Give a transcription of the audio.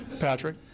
Patrick